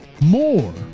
more